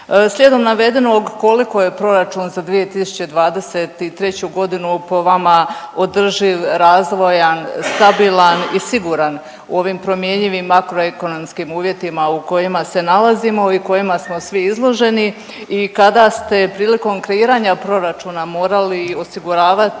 Slijedom navedenog koliko je proračun za 2023. godinu po vama održiv, razvojan, stabilan i siguran u ovim promjenjivim makroekonomskim uvjetima u kojima se nalazimo i kojima smo svi izloženi i kada ste prilikom kreiranja proračuna morali osiguravati